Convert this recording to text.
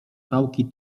pałki